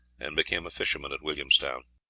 and became a fisherman at williamstown.